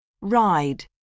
Ride